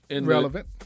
relevant